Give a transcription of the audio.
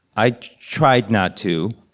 i tried not to.